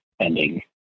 ending